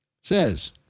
Says